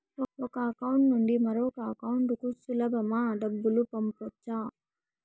ఒక అకౌంట్ నుండి మరొక అకౌంట్ కు సులభమా డబ్బులు పంపొచ్చా